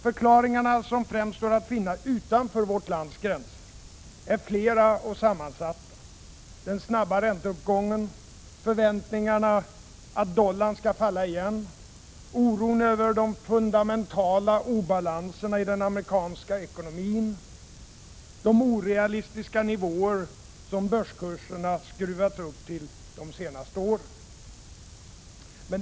Förklaringarna, som främst står att finna utanför vårt lands gränser, är flera och sammansatta: den snabba ränteuppgången, förväntningarna att dollarn skall falla igen, oron över de fundamentala obalanserna i den amerikanska ekonomin, de orealistiska nivåer som börskurserna skruvats upp till de senaste åren.